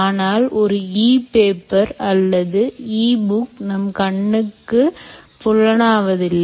ஆனால் ஒரு E paper அல்லது e book நம்கண்ணுக்குப் புலனாவதில்லை